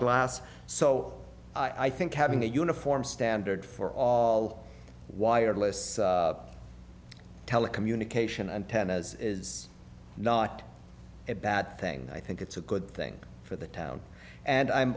glass so i think having a uniform standard for all wireless telecommunication antennas is not a bad thing i think it's a good thing for the town and i'm